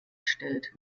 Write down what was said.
stellt